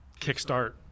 kickstart